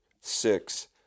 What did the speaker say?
six